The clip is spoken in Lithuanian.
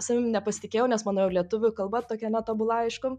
savimi nepasitikėjau nes mano lietuvių kalba tokia netobula aišku